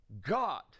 God